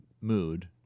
mood